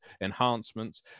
Enhancements